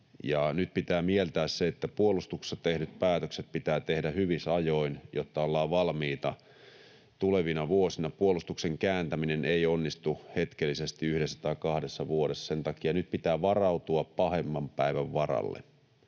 Nyt pitää mieltää se, että puolustuksessa tehdyt päätökset pitää tehdä hyvissä ajoin, jotta ollaan valmiita tulevina vuosina. Puolustuksen kääntäminen ei onnistu hetkellisesti yhdessä tai kahdessa vuodessa. Sen takia nyt pitää varautua pahemman päivän varalle.